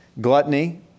Gluttony